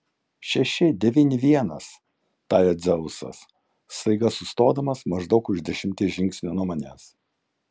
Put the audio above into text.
šeši devyni vienas taria dzeusas staiga sustodamas maždaug už dešimties žingsnių nuo manęs